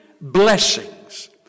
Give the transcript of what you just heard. blessings